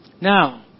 Now